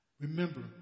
Remember